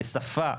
בשפה?